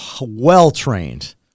well-trained